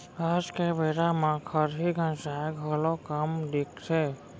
आज के बेरा म खरही गंजाय घलौ कम दिखथे